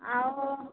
ଆଉ